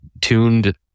tuned